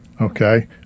Okay